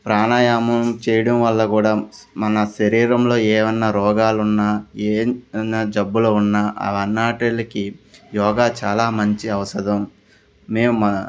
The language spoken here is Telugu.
ప్రాణాయామం చేయడం వల్ల కూడా మన శరీరంలో ఏమైనా రోగాలున్నా ఏమైనా జబ్బులు ఉన్నా అవి అన్నింటికీ యోగా చాలా మంచి ఔషధం మేము